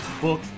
book